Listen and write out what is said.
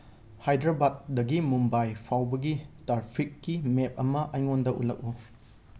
ꯍꯥꯏꯗ꯭ꯔꯕꯥꯠꯗꯒꯤ ꯃꯨꯝꯕꯥꯏ ꯐꯥꯎꯕꯒꯤ ꯇ꯭ꯔꯥꯐꯤꯛꯀꯤ ꯃꯦꯞ ꯑꯃ ꯑꯩꯉꯣꯟꯗ ꯎꯠꯂꯛꯎ